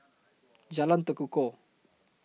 Jalan Tekukor